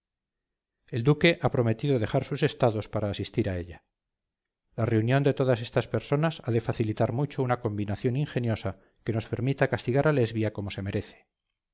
el duque ha prometido dejar sus estados para asistir a ella la reunión de todas estas personas ha de facilitar mucho una combinación ingeniosa que nos permita castigar a lesbia como se merece